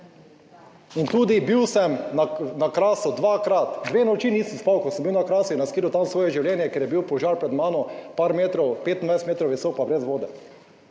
in tudi bil sem na Krasu dvakrat, dve noči nisem spal, ko sem bil na Krasu in riskiral tam svoje življenje, ker je bil požar pred mano, par metrov, 25 m visok pa brez vode.